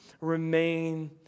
remain